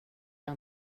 jag